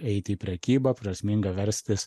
eiti į prekybą prasminga verstis